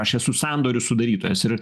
aš esu sandorių sudarytojas ir